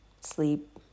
sleep